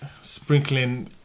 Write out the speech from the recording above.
sprinkling